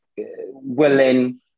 willing